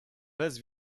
bez